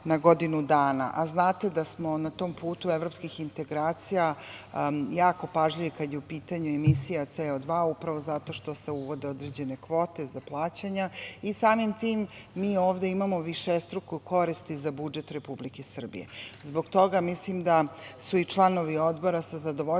na godinu dana. Znate da smo na tom putu evropskih integracija jako pažljivi kada je u pitanju emisija CO2 upravo zato što se uvode određene kvote za plaćanja. Samim tim, mi ovde imamo višestruku korist i za budžet Republike Srbije. Zbog toga mislim da su i članovi Odbora sa zadovoljstvom